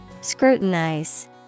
scrutinize